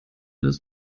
des